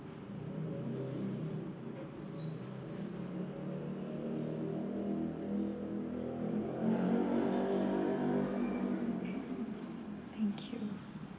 thank you